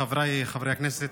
חבריי חברי הכנסת,